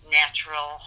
natural